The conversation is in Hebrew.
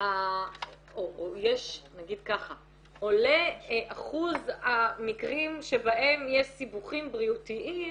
או יש --- נגיד ככה: עולה אחוז המקרים שבהם יש סיבוכים בריאותיים